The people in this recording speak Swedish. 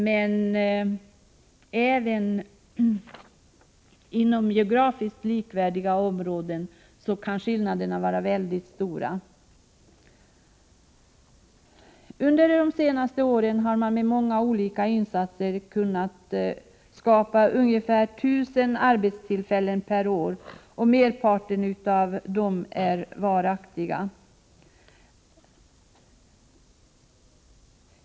Men även inom geografiskt likvärdiga områden kan skillnaderna vara mycket stora. Under de senaste åren har man med olika insatser kunnat skapa ungefär 1 000 arbetstillfällen per år, merparten av dem varaktiga.